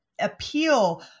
appeal